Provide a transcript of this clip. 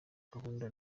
gahunda